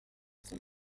zum